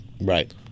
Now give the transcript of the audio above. Right